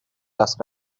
asked